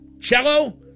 Cello